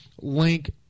link